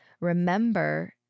remember